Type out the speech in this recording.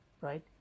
right